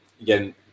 again